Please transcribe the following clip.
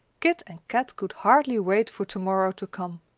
kit and kat could hardly wait for to-morrow to come.